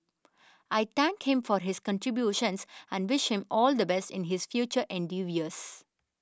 I thank him for his contributions and wish him all the best in his future endeavours